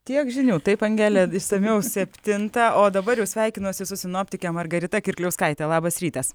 tiek žinių taip angele išsamiau septintą o dabar jau sveikinuosi su sinoptike margarita kirkliauskaite labas rytas